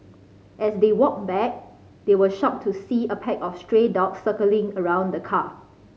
as they walked back they were shocked to see a pack of stray dogs circling around the car